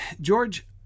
George